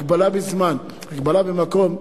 הגבלה בזמן, הגבלה במקום,